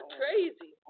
crazy